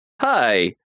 Hi